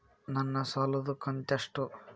ನನ್ನ ಸಾಲದು ಕಂತ್ಯಷ್ಟು?